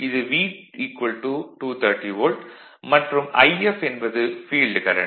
இது V 230 volt மற்றும் If என்பது ஃபீல்டு கரண்ட்